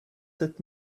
sept